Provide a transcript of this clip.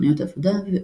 תוכניות עבודה ועוד.